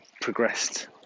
progressed